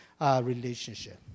relationship